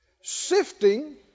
Sifting